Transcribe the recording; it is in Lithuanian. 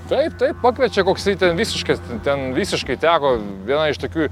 taip taip pakviečia koksai ten visiškas ten visiškai teko viena iš tokių